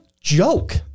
joke